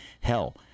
Hell